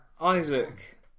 Isaac